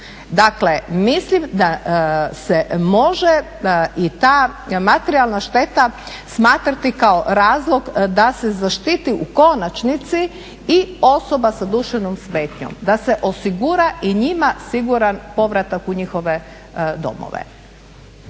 Dakle, mislim da se može i ta materijalna šteta smatrati kao razlog da se zaštiti u konačnici i osoba sa duševnom smetnjom, da se osigura i njima siguran povratak u njihove domove.